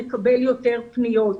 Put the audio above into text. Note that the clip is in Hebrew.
נקבל יותר פניות.